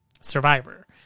survivor